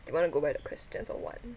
you want to go back to questions or what